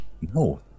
No